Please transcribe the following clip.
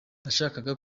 nashakaga